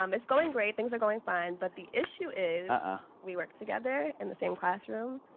um it's going great, things are going fine. but the issue is we work together in the same classroom.